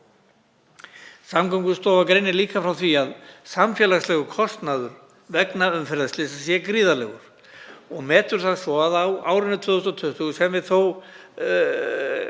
Samgöngustofa greinir líka frá því að samfélagslegur kostnaður vegna umferðarslysa sé gríðarlegur og metur það svo að á árinu 2020, þar